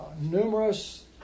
numerous